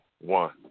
One